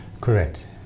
Correct